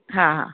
હા હા હા